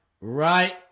right